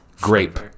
Grape